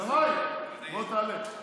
קרעי, בוא, תעלה.